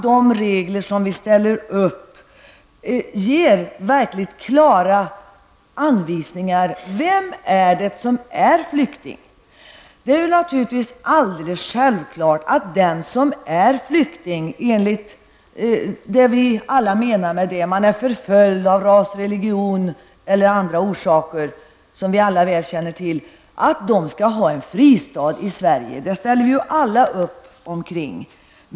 De regler som vi ställer upp måste ge klara anvisningar om vilka som är flyktingar. Flyktingen, dvs. en människa som i sitt hemland har blivit förföljd på grund av ras, religion och av andra orsaker, skall givetvis få en fristad i Sverige; det ställer vi alla upp på.